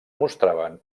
mostraven